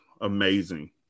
amazing